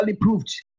proved